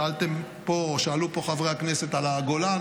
שאלו פה חברי הכנסת על הגולן